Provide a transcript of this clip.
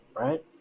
Right